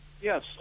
Yes